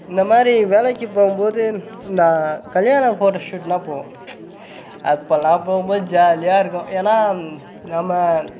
இந்த மாதிரி வேலைக்கு போகும்போது நான் கல்யாண ஃபோட்டோ ஷூட்லா போவோம் அப்போல்லாம் போகும் போது ஜாலியாக இருக்கும் ஏன்னா நம்ம